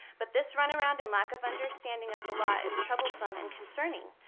but this run around and lack of understanding of the law is troublesome and concerning.